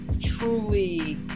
truly